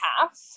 half